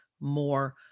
more